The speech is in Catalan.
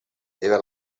era